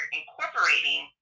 incorporating